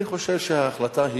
אני חושב שההחלטה,